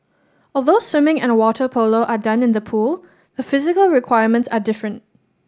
although swimming and water polo are done in the pool the physical requirements are different